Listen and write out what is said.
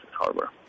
hardware